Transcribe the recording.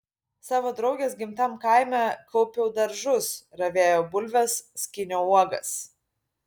savo draugės gimtam kaime kaupiau daržus ravėjau bulves skyniau uogas